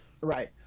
Right